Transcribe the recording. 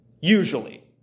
Usually